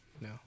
No